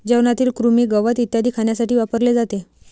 जेवणातील कृमी, गवत इत्यादी खाण्यासाठी वापरले जाते